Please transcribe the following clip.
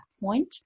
point